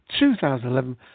2011